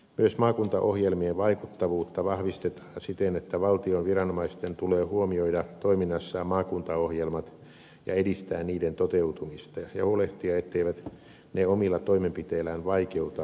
myös maakuntaohjelmien vaikuttavuutta vahvistetaan siten että valtion viranomaisten tulee huomioida toiminnassaan maakuntaohjelmat ja edistää niiden toteutumista ja huolehtia etteivät ne omilla toimenpiteillään vaikeuta niiden toteutumista